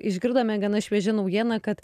išgirdome gana švieži naujiena kad